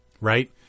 Right